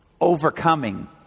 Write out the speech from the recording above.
overcoming